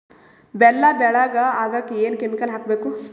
ಬೆಲ್ಲ ಬೆಳಗ ಆಗೋಕ ಏನ್ ಕೆಮಿಕಲ್ ಹಾಕ್ಬೇಕು?